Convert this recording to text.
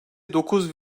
dokuz